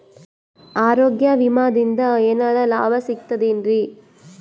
ಆರೋಗ್ಯ ವಿಮಾದಿಂದ ಏನರ್ ಲಾಭ ಸಿಗತದೇನ್ರಿ?